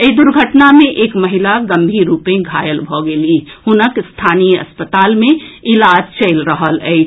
एहि दुर्घटना मे एक महिला गम्भीर रूपे घायल भऽ गेलीह हुनक स्थानीय अस्पताल मे इलाज चलि रहल अछि